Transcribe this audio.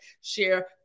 share